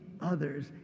others